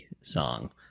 song